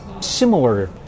similar